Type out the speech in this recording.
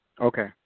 Okay